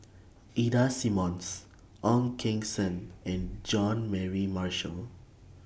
Ida Simmons Ong Keng Sen and Jean Mary Marshall